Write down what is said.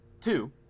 two